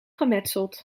gemetseld